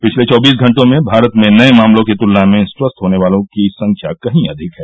पिछले चौबीस घंटों में भारत में नए मामलों की तुलना में स्वस्थ होने वालों की संख्या कहीं अधिक है